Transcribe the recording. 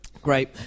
Great